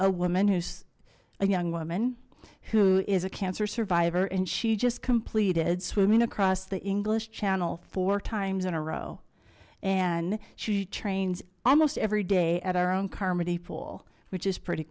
a woman who's a young woman who is a cancer survivor and she just completed swimming across the english channel four times in a row and she trains almost every day at our own carmody pool which is pretty